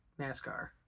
NASCAR